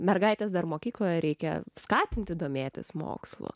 mergaites dar mokykloje reikia skatinti domėtis mokslu